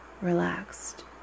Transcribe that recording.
relaxed